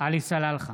עלי סלאלחה,